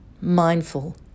mindful